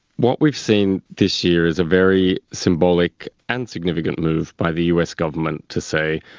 what we've seen this year is a very symbolic and significant move by the us government to say,